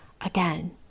Again